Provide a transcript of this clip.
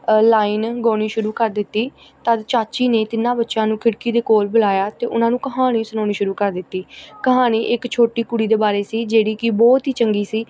line ਗਾਉਣੀ ਸ਼ੁਰੂ ਕਰ ਦਿੱਤੀ ਤਦ ਚਾਚੀ ਨੇ ਤਿੰਨਾਂ ਬੱਚਿਆਂ ਨੂੰ ਖਿੜਕੀ ਦੇ ਕੋਲ ਬੁਲਾਇਆ ਅਤੇ ਉਹਨਾਂ ਨੂੰ ਕਹਾਣੀ ਸੁਣਾਉਣੀ ਸ਼ੁਰੂ ਕਰ ਦਿੱਤੀ ਕਹਾਣੀ ਇੱਕ ਛੋਟੀ ਕੁੜੀ ਦੇ ਬਾਰੇ ਸੀ ਜਿਹੜੀ ਕਿ ਬਹੁਤ ਹੀ ਚੰਗੀ ਸੀ